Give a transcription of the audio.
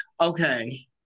Okay